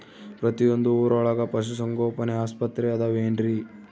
ಪ್ರತಿಯೊಂದು ಊರೊಳಗೆ ಪಶುಸಂಗೋಪನೆ ಆಸ್ಪತ್ರೆ ಅದವೇನ್ರಿ?